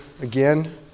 again